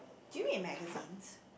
do you read magazines